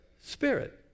spirit